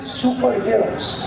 superheroes